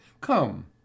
Come